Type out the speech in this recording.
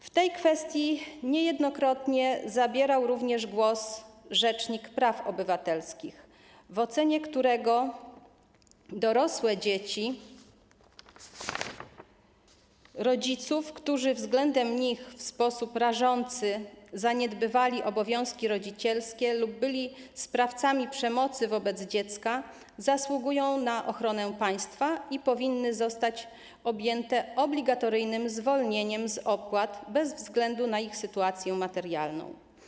W tej kwestii niejednokrotnie zabierał również głos rzecznik praw obywatelskich, w którego ocenie dorosłe dzieci rodziców, którzy względem nich w sposób rażący zaniedbywali obowiązki rodzicielskie lub byli sprawcami przemocy wobec dziecka, zasługują na ochronę państwa i powinny zostać objęte obligatoryjnym zwolnieniem z opłat bez względu na ich sytuację materialną.